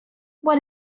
what